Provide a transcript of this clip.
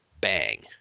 Bang